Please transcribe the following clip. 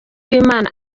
uwimana